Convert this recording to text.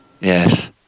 Yes